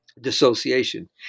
dissociation